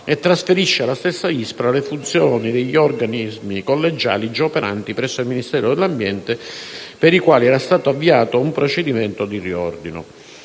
di trasferire all'ISPRA le funzioni degli organismi collegiali già operanti presso il Ministero dell'ambiente, per i quali era stato avviato un procedimento di riordino.